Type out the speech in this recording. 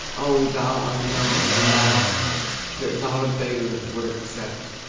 oh, thou unknown renown that not a beggar would accept,